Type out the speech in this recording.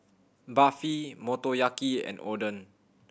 Barfi Motoyaki and Oden